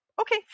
Okay